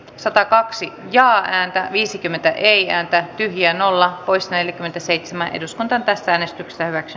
satakaksi ja ääntä viisikymmentä ei ääntä ja nollan pois neljäkymmentäseitsemän eduskunta tästä äänestyksestä hyväksi